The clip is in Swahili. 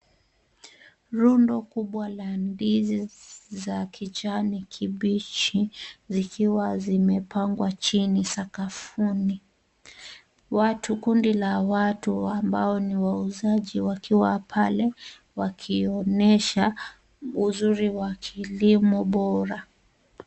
Rundo kubwa la ndizi za kijani kibichi, zikiwa zimepangwa chini sakafuni. Kundi la watu ambao ni wauzaji wakiwa pale, wakionyesha uzuri wa kilimo bora.